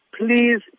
please